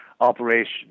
operation